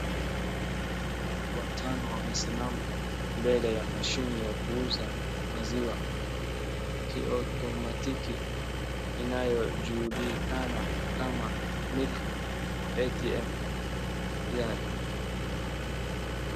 Watu watano wamesimama mbele ya mashini ya kuuza maziwa Kioto matiti inayojulikana kama milk ATM .